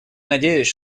надеюсь